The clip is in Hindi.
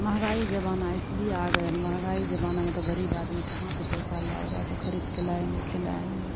महँगाई ज़माना इसलिए आ गया तो महँगाई ज़माना में तो ग़रीब आदमी कहाँ से पैसा लाएगा ऐसे ख़रीदकर लाएँगे खिलाऍंगे